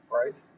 right